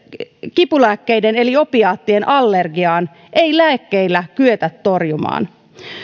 kipulääkkeiden eli opiaattien allergiaan ei lääkkeillä kyetä torjumaan